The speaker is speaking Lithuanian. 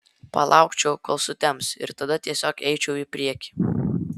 palaukčiau kol sutems ir tada tiesiog eičiau į priekį